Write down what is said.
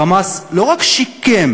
"חמאס" לא רק שיקם